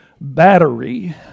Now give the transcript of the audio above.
battery